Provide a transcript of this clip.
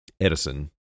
Edison